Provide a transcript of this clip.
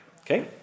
Okay